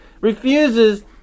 refuses